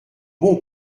bon